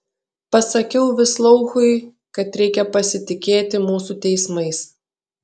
pasakiau vislouchui kad reikia pasitikėti mūsų teismais